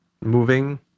moving